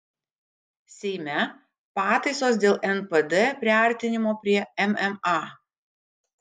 seime pataisos dėl npd priartinimo prie mma